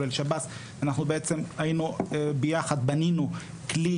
כולל שירות בתי הסוהר ביחד בנינו כלי